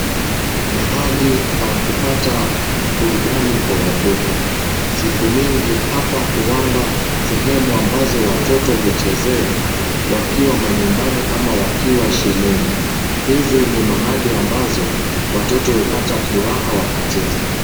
Mahali pa kupata burudani kwa watoto. Siku nyingi hapa huwa sehemu ambazo watoto huchezea wakiwa nyumbani ama wakiwa shuleni. Hizi ni mahali ambazo watoto hupata furaha wakicheza.